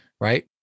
right